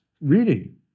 reading